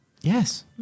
Yes